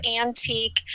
antique